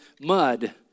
mud